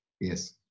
Yes